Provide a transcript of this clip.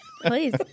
Please